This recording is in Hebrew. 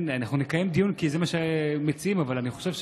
אנחנו נקיים דיון כי זה מה שמציעים, אבל אני חושב,